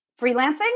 Freelancing